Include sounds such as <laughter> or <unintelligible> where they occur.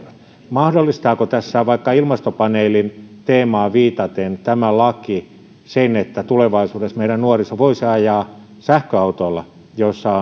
mahdollistaako vaikka ilmastopaneelin teemaan viitaten tämä laki sen että tulevaisuudessa meidän nuoriso voisi ajaa sähköautolla jossa <unintelligible>